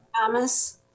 Thomas